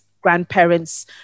grandparents